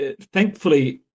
thankfully